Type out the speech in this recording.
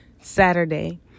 Saturday